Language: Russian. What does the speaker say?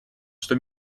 что